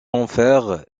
enfers